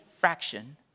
fraction